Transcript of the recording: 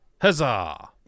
Huzzah